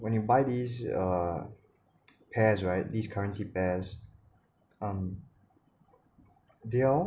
when you buy these uh pairs right these currency pairs um they all